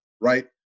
right